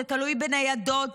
זה תלוי בניידות,